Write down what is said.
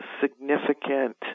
significant